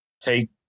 take